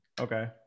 Okay